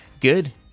Good